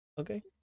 Okay